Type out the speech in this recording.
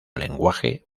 lenguaje